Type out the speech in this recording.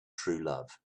truelove